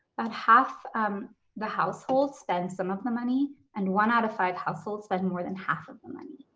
about half the households spend some of the money and one out of five households spent more than half of the money.